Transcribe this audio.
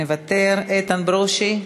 מוותר, איתן ברושי,